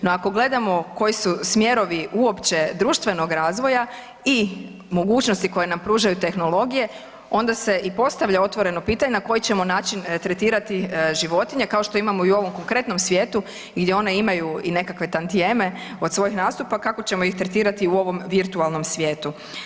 No, ako gledamo koji su smjerovi uopće društvenog razvoja i mogućnosti koje nam pružaju tehnologije onda se i postavlja otvoreno pitanje na koji ćemo način tretirati životinje kao što imamo i u ovom konkretnom svijetu, gdje one imaju i nekakve tantijeme od svojih nastupa kako ćemo ih tretirati u ovom virtualnom svijetu.